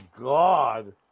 God